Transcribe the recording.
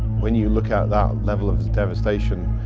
when you look at that level of devastation,